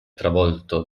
travolto